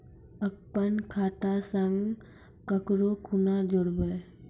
अपन खाता संग ककरो कूना जोडवै?